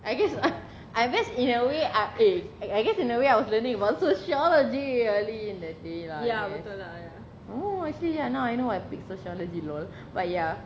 I guess I guess in a way I eh I I guess in a way I was learning about sociology early in the day lah oh actually ya now I know why I pick sociology LOL but ya